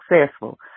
successful